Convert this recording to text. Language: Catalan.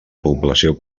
població